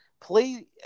play